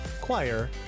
choir